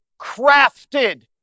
crafted